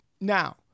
now